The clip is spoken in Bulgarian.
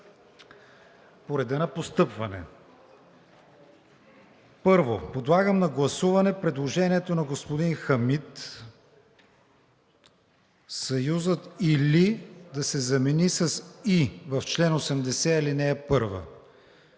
по реда на постъпване. Първо подлагам на гласуване предложението на господин Хамид: съюзът „или“ да се замени с „и“ в чл. 80, ал. 1, така